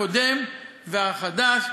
הקודם והחדש.